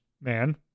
man